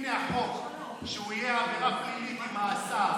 הינה החוק שהוא יהיה עבירה פלילית ומאסר.